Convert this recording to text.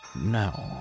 No